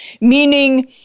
meaning